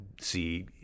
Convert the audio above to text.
see